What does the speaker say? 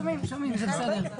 שומעים, שומעים.